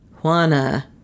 Juana